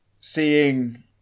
Seeing